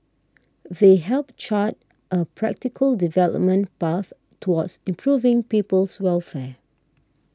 they help chart a practical development path towards improving people's welfare